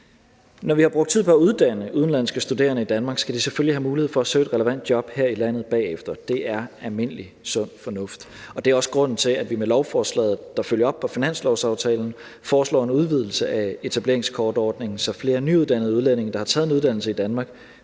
Når vi har brugt tid på at uddanne udenlandske studerende i Danmark, skal de selvfølgelig have mulighed for at søge et relevant job her i landet bagefter. Det er almindelig sund fornuft. Det er også grunden til, at vi med lovforslaget, der følger op på finanslovsaftalen, foreslår en udvidelse af etableringskortordningen, så flere nyuddannede udlændinge, der har taget en uddannelse i Danmark,